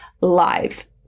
live